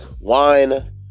wine